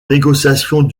négociations